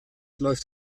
läuft